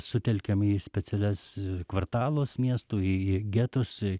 sutelkiama į specialias kvartalus miestų į į getus